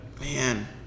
man